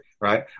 right